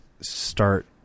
start